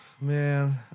man